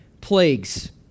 plagues